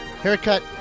Haircut